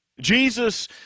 Jesus